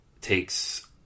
takes